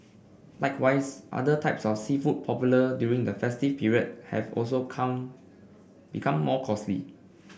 likewise other types of seafood popular during the festive period have also come become more costly